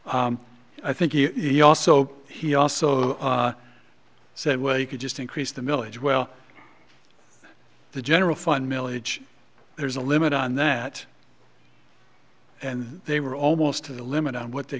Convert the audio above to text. i think you also he also said well you could just increase the milage well the general fund milledge there's a limit on that and they were almost to the limit on what they